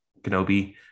Kenobi